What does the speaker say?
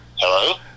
Hello